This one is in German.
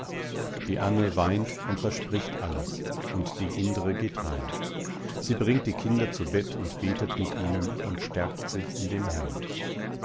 die ane weint und verspricht alles und die indre geht heim sie bringt die kinder zu bett und betet mit ihnen und stärkt sich in dem herrn